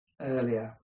earlier